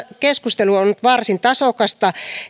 keskustelu on on nyt varsin tasokasta